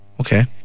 okay